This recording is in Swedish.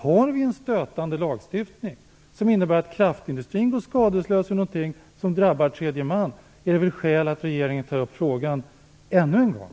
Har vi en stötande lagstiftning, som innebär att kraftindustrin går skadeslös när tredje man drabbas, är det väl skäl i att regeringen tar upp frågan ännu en gång.